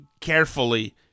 carefully